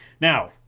Now